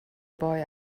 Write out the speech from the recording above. boy